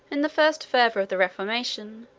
in the first fervor of the reformation,